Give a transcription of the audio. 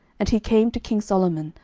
and he came to king solomon,